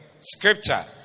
Scripture